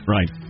Right